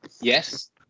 Yes